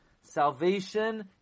salvation